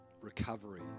recovery